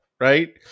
right